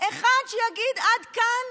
אחד שיגיד: עד כאן,